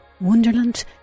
wonderland